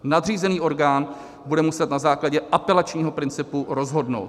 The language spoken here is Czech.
Nadřízený orgán bude muset na základě apelačního principu rozhodnout.